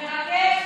מרגש.